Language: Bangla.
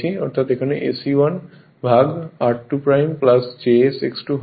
অর্থাৎ এখানে SE1 ভাগ r2 j SX 2 হবে